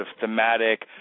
thematic